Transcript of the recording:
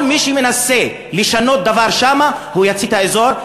כל מי שמנסה לשנות דבר שם יצית את האזור.